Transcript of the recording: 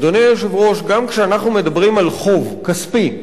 אדוני היושב-ראש, גם כשאנחנו מדברים על חוב כספי,